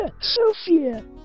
Sophia